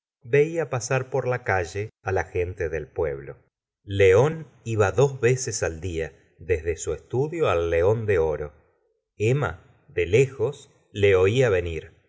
vela pasar por la calle la gente del pueblo león iba dos veces al dia desde su estudio al león de oro emma de lejos le oía venir